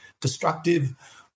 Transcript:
Destructive